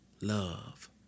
love